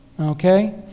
Okay